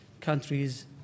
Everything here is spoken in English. countries